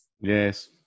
Yes